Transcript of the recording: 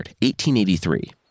1883